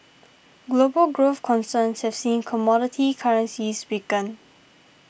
global growth concerns have seen commodity currencies weaken